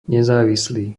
nezávislý